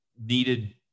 needed